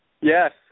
Yes